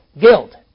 guilt